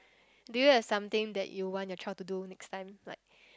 do you have something that you want your child to do next time like